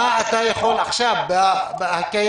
מה אתה יכול עכשיו, בקיימים,